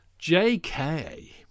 JK